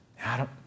Adam